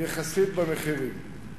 יחסית במחירים.